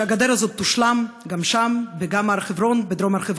שהגדר הזאת תושלם גם שם וגם בדרום הר-חברון.